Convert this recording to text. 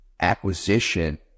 acquisition